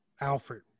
Alfred